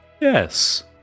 Yes